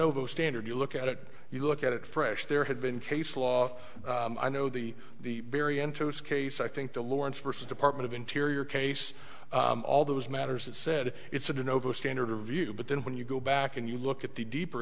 over standard you look at it you look at it fresh there had been case law i know the the very end to this case i think the lawrence vs department of interior case all those matters it said it's an over standard of view but then when you go back and you look at the deeper